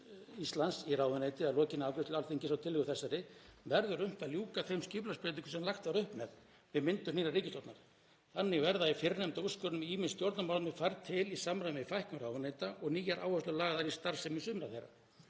Íslands í ráðuneyti að lokinni afgreiðslu Alþingis á tillögu þessari verður unnt að ljúka þeim skipulagsbreytingum sem lagt var upp með við myndun nýrrar ríkisstjórnar. Þannig verða í fyrrnefnda úrskurðinum ýmis stjórnarmálefni færð til í samræmi við fækkun ráðuneyta og nýjar áherslur lagðar í starfsemi sumra þeirra.“